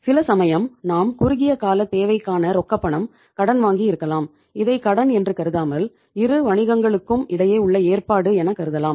சில சமயம் நாம் குறுகியகால தேவைக்கான ரொக்கப்பணம் கடன் வாங்கி இருக்கலாம் இதை கடன் என்று கருதாமல் இரு வணிகங்கள்ளுக்கும் இடையே உள்ள ஏற்பாடு என கருதலாம்